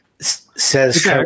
Says